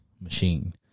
machine